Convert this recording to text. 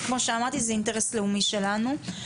כי כמו שאמרתי זה אינטרס לאומי שלנו.